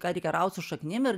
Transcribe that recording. ką reikia raut su šaknim ir